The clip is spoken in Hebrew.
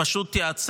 בלי החקיקה